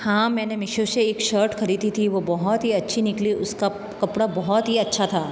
हाँ मैंने मिशो से एक शर्ट ख़रीदी थी वह बहुत ही अच्छी निकली उसका कपड़ा बहुत ही अच्छा था